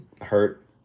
hurt